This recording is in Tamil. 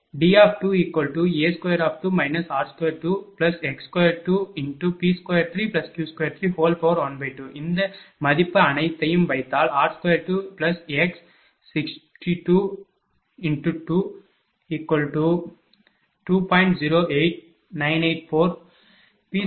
D2A22 r22x2P23Q2312 இந்த மதிப்பு அனைத்தையும் வைத்தால் r22x62 22